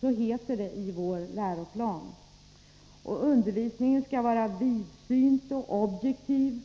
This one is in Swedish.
Så heter det i vår läroplan. Undervisningen skall vara vidsynt och objektiv